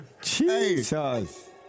Jesus